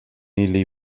ili